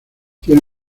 tiene